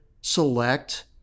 select